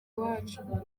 wacu